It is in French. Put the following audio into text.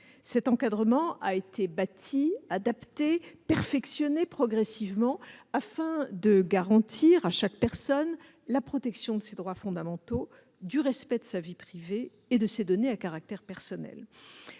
Cet encadrement a été bâti, adapté et perfectionné progressivement, afin de garantir à chaque personne la protection de ses droits fondamentaux, ainsi que le respect de sa vie privée et de ses données à caractère personnel.